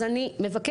אז אני מבקשת.